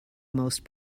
most